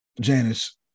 Janice